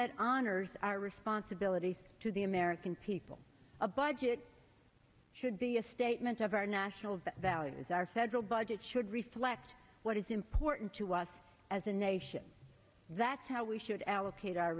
that honors our responsibility to the american people a budget should be a statement of our national values our federal budget should reflect what is important to us as a nation that's how we should allocate our